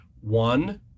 One